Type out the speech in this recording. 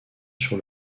sur